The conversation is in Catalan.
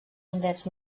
indrets